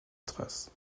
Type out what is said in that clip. thrace